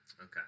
Okay